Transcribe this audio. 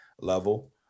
level